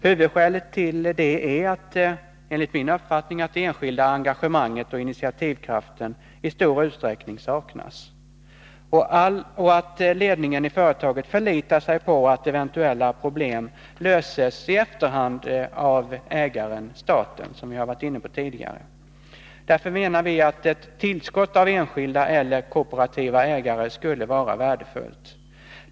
Huvudskälet till detta är enligt min uppfattning att det enskilda engagemanget och den enskilda initiativkraften i stor utsträckning saknas och att ledningen i företaget förlitar sig på att eventuella problem i efterhand löses av ägaren-staten, något som vi har varit inne på tidigare. Ett tillskott av enskilda eller kooperativa ägare skulle därför vara värdefullt.